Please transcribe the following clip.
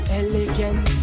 elegant